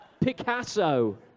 Picasso